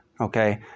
Okay